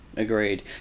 Agreed